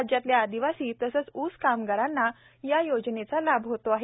राज्यातले आदिवासी तसंच ऊस कामगारांना या योजनेचा लाभ होत आहे